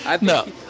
No